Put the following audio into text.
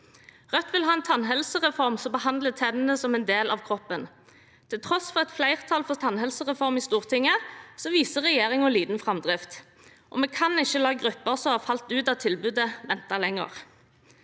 Rødt vil ha en tannhelsereform som behandler tennene som en del av kroppen. Til tross for et flertall for tannhelsereform i Stortinget, viser regjeringen liten framdrift, og vi kan ikke la grupper som har falt ut av tilbudet, vente lenger.